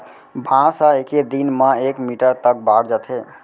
बांस ह एके दिन म एक मीटर तक बाड़ जाथे